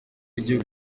igihugu